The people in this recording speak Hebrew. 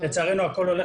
לצערנו,